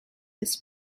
this